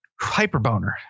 Hyperboner